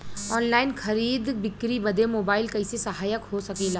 Online खरीद बिक्री बदे मोबाइल कइसे सहायक हो सकेला?